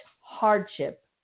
hardship